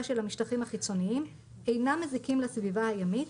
של המשטחים החיצוניים אינם מזיקים לסביבה הימית,